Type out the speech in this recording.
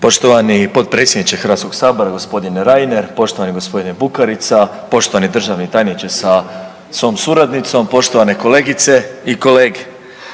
Poštovani potpredsjedniče Hrvatskoga sabora gospodine Reiner, poštovani gospodine Bukarica, poštovani državni tajniče sa suradnicom, kolegice i kolege.